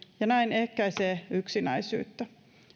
ja näin ehkäisee yksinäisyyttä